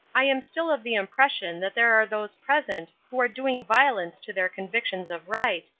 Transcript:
i am still of the impression that there are those present who are doing violence to their convictions of right,